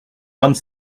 vingt